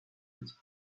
its